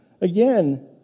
again